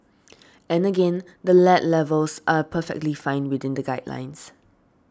and again the lead levels are perfectly fine within the guidelines